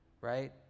right